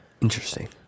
Interesting